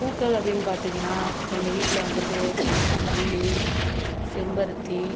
பூக்கள் அப்படினு பார்த்திங்கனா எங்கள் வீட்டில் வந்துட்டு மல்லி செம்பருத்தி